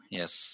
yes